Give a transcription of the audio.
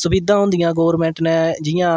सुविधा होन्दियां गौरमेंट ने जि'यां